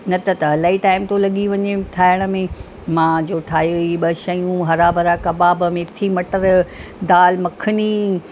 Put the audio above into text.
नत त अलाई टाइम थो लॻी वञे ठाहिण में मां जो ठाहियूं ई ॿ शयूं हरा भरा कबाबु मेथी मटर दाल मखनी